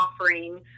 offering